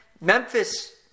Memphis